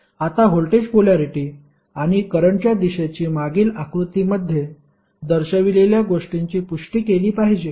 आता voltage polarity आणि करंटच्या दिशेची मागील आकृतीमध्ये दर्शविलेल्या गोष्टींची पुष्टी केली पाहिजे